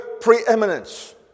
preeminence